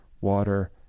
water